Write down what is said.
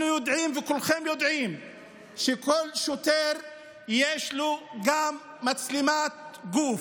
אנחנו יודעים וכולכם יודעים שלכל שוטר יש גם מצלמת גוף.